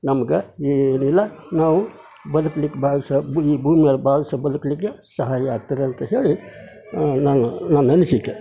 ನಮ್ಗೆ ಏನೂ ಇಲ್ಲ ನಾವು ಬದುಕ್ಲಿಕ್ಕೆ ಭಾಳ ವರ್ಷ ಈ ಭೂಮಿ ಮೇಲೆ ಭಾಳ ವರ್ಷ ಬದುಕಲಿಕ್ಕೆ ಸಹಾಯ ಆಗ್ತದಂತ ಹೇಳಿ ನನ್ನ ನನ್ನ ಅನಿಸಿಕೆ